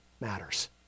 matters